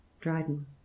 Dryden